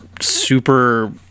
super